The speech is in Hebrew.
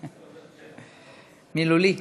מילולי.